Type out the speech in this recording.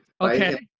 okay